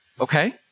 Okay